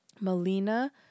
Melina